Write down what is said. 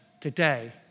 Today